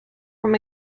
from